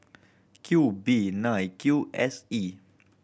Q B nine Q S E